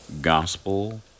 gospel